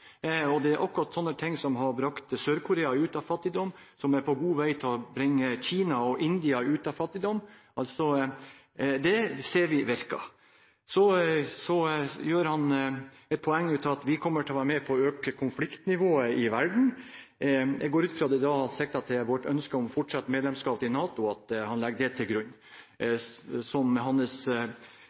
Det er akkurat slike ting som har brakt Sør-Korea ut av fattigdom, og som er på god vei til å bringe Kina og India ut av fattigdom. Det ser vi virker. Så gjør han et poeng av at vi kommer til å være med på å øke konfliktnivået i verden. Jeg går ut fra at han da sikter til vårt ønske om fortsatt medlemskap i NATO, og at han legger det til grunn, det som hans